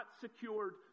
secured